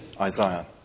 Isaiah